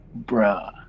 Bruh